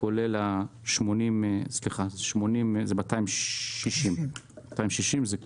אלא השנה זה 260 מיליון שקל,